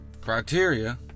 criteria